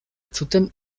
zuten